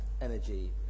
energy